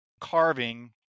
carving